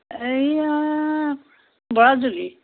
এইয়া বৰাজুলি